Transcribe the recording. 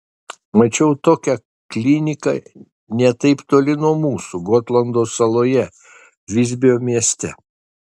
mačiau tokią kliniką ne taip toli nuo mūsų gotlando saloje visbio mieste